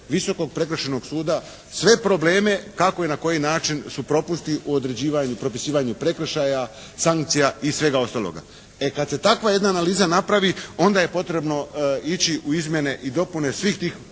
Visokog prekršajnog suda sve probleme kako i na koji način su propusti u određivanju i propisivanju prekršaja, sankcija i svega ostaloga. E kada se takva jedna analiza napravi onda je potrebno ići u izmjene i dopune svih tih